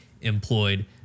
employed